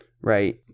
right